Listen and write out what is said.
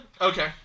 Okay